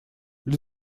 для